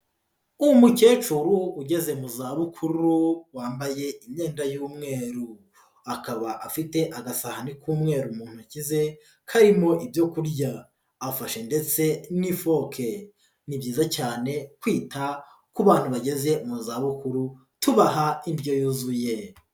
Umukecuru ugeze mu zabukuru, wambaye imyenda y'umweru. Akaba afite agasahani k'umweru mu ntoki ze karimo ibyo ku kurya, afashe ndetse n'ifoke. Ni byiza cyane kwita ku bantu bageze mu zabukuru, tubaha indyo yuzuye.